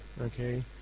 Okay